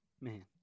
Man